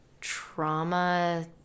trauma